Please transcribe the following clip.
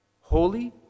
Holy